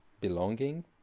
belonging